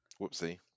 Whoopsie